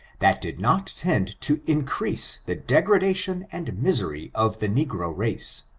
that did not tend to increase the degradation and misery of the negro race.